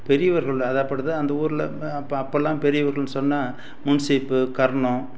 பெரியவர்கள் அதாகப்பட்டது அந்த ஊரில் அப்போ அப்போலாம் பெரியவர்கள்னு சொன்னால் முன்சீப்பு கர்ணம்